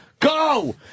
Go